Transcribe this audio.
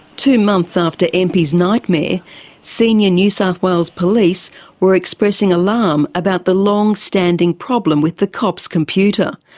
two months after einpwy's nightmare, senior new south wales police were expressing alarm about the long-standing problem with the cops computer.